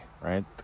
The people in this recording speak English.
right